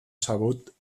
sabut